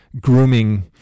grooming